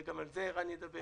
וגם על זה ערן ידבר.